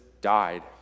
died